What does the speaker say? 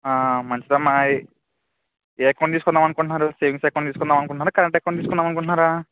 ఆ మంచిదమ్మా ఏ అకౌంట్ తీసుకుందాం అనుకుంటున్నారు సేవింగ్స్ అకౌంట్ తీసుకుందాం అనుకుంటున్నారా కరెంట్ అకౌంట్ తీసుకుందాం అనుకుంటున్నారా